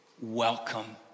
welcome